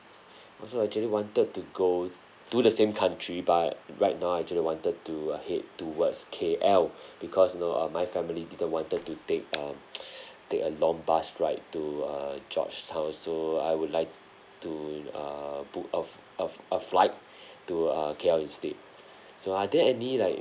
so I actually wanted to go to the same country but right now I actually wanted to uh head towards K_L because you know uh my family didn't wanted to take um take a long bus ride to uh georgetown so I would like to err book a f~ a f~ a flight to uh K_L instead so are there any like